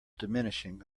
diminishing